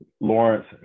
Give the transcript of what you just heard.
Lawrence